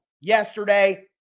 yesterday